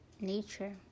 nature